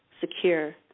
secure